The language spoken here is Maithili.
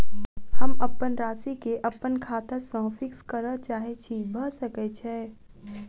हम अप्पन राशि केँ अप्पन खाता सँ फिक्स करऽ चाहै छी भऽ सकै छै?